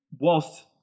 whilst